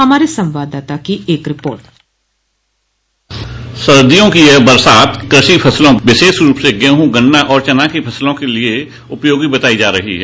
हमारे संवाददाता की एक रिपोर्ट सर्दियों की यह बरसात कृषि फसलों विशेष रूप से गेहूं गन्ना और चना की फसलों के लिए उपयोगी बताई जा रही है